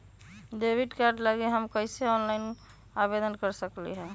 Debit card लागी हम कईसे ऑनलाइन आवेदन दे सकलि ह?